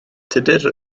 tudur